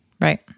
Right